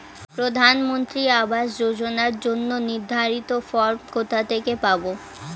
প্রধানমন্ত্রী আবাস যোজনার জন্য নির্ধারিত ফরম কোথা থেকে পাব?